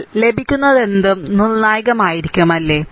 നിങ്ങൾക്ക് ലഭിക്കുന്നതെന്തും നിർണ്ണായകമായിരിക്കും അല്ലേ